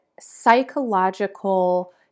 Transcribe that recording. psychological